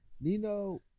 Nino